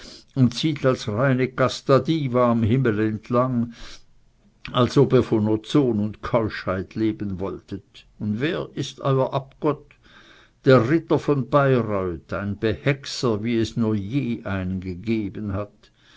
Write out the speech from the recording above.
und zieht als reine casta diva am himmel entlang als ob ihr von ozon und keuschheit leben wolltet und wer ist euer abgott der ritter von bayreuth ein behexer wie es nur je einen gegeben hat